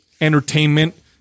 entertainment